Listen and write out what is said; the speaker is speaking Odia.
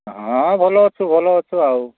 ହଁ ଭଲ ଅଛୁ ଭଲ ଅଛୁ ଆଉ